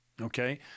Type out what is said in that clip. Okay